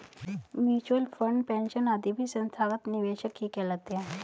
mutual fund, pension आदि भी संस्थागत निवेशक ही कहलाते हैं